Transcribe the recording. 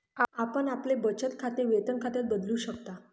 आपण आपले बचत खाते वेतन खात्यात बदलू शकता